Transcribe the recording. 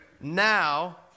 now